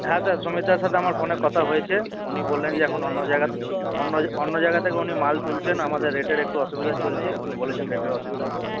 হ্যাঁ স্যার সুমিতদার সাথে আমার ফোনে কথা হয়েছে উনি বললেন যে এখন অন্য জায়গা অন্য অন্য জায়গা থেকে উনি মাল তুলছেন আমাদের রেটের একটু অসুবিধে চলছে উনি বলেছেন রেটের অসুবিধা আছে